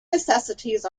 necessities